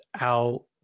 out